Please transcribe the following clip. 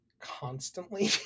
constantly